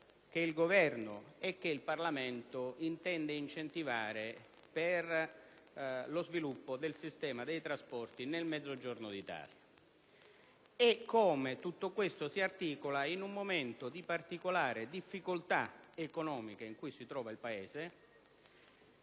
che il Governo ed il Parlamento intendono incentivare per lo sviluppo del sistema dei trasporti nel Mezzogiorno d'Italia. Tutto ciò si articola in un momento di particolare difficoltà economica del Paese,